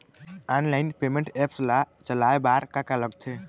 Online payment apps ला चलाए बार का का लगथे?